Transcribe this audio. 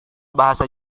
bahasa